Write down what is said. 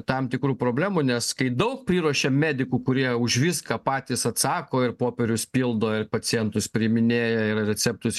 tam tikrų problemų nes kai daug priruošiam medikų kurie už viską patys atsako ir popierius pildo ir pacientus priiminėja ir receptus